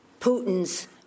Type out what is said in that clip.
Putin's